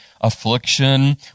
affliction